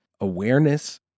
awareness